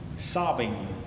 sobbing